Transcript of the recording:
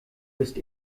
bist